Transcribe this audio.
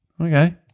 Okay